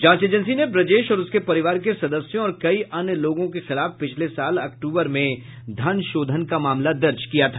जांच एजेंसी ने ब्रजेश और उसके परिवार के सदस्यों और कई अन्य लोगों के खिलाफ पिछले साल अक्टूबर में धन शोधन का मामला दर्ज किया था